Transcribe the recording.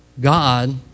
God